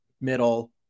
middle